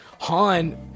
Han